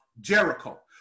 Jericho